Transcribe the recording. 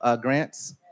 grants